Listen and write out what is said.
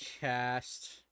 cast